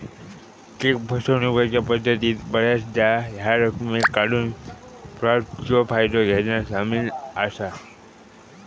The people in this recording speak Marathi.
चेक फसवणूकीच्या पद्धतीत बऱ्याचदा ह्या रकमेक काढूक फ्लोटचा फायदा घेना सामील असा